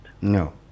No